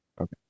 Okay